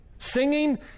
Singing